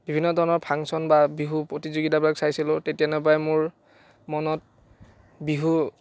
বিভিন্ন ধৰণৰ ফাংশ্যন বা বিহু প্ৰতিযোগিতাবিলাক চাইছিলোঁ তেতিয়ান পৰাই মোৰ মনত বিহু